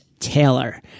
taylor